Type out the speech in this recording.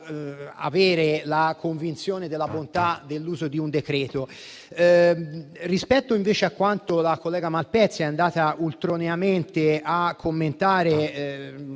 avere la convinzione della bontà dell'uso di un decreto. Per quanto riguarda ciò che la collega Malpezzi è andata ultroneamente a commentare